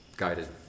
Guided